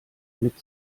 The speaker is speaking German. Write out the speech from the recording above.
mit